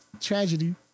tragedy